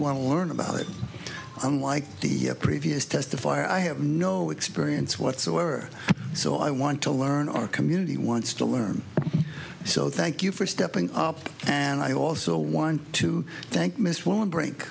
want to learn about it unlike the previous testifier i have no experience whatsoever so i want to learn our community wants to learn so thank you for stepping up and i also want to thank miss won't break